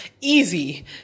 easy